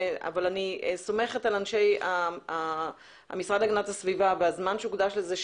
אבל אני סומכת על אנשי המשרד להגנת הסביבה והזמן שהוקדש לזה,